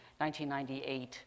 1998